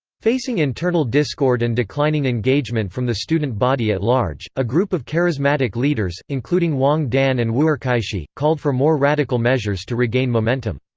facing internal discord and declining engagement from the student body at large, a group of charismatic leaders, including wang dan and wu'erkaixi, called for more radical measures to regain momentum.